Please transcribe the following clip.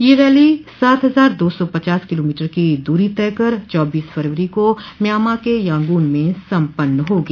यह रैली सात हजार दो सौ पचास किलोमीटर की दूरी तय कर चौबीस फरवरी को म्यामां के यांगून में सम्पन्न होगी